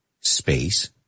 space